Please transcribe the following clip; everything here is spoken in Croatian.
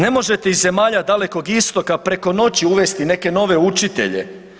Ne možete iz zemalja Dalekog Istoka preko noći uvesti neke nove učitelje.